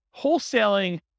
wholesaling